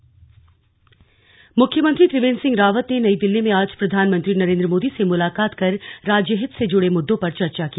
मुलाकात मुख्यमंत्री त्रिवेन्द्र सिंह रावत ने नई दिल्ली में आज प्रधानमंत्री नरेन्द्र मोदी से मुलाकात कर राज्य हित से जुड़े मुददों पर चर्चा की